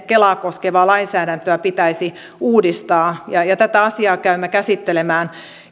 kelaa koskevaa lainsäädäntöä pitäisi uudistaa ja tätä asiaa käymme käsittelemään